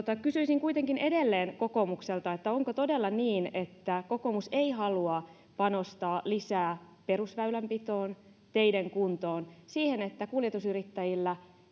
kysyisin kuitenkin edelleen kokoomukselta onko todella niin että kokoomus ei halua panostaa lisää perusväylänpitoon teiden kuntoon siihen että kuljetusyrittäjien